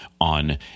on